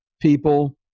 people